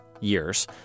years